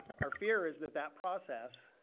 our fear is that that process